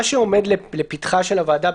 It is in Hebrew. מה שעומד לפתחה של הוועדה,